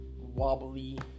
wobbly